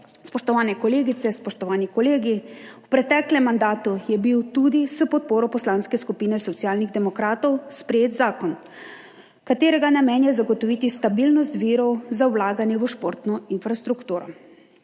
Spoštovane kolegice, spoštovani kolegi! V preteklem mandatu je bil tudi s podporo Poslanske skupine Socialnih demokratov sprejet zakon, katerega namen je zagotoviti stabilnost virov za vlaganje v športno infrastrukturo.